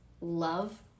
love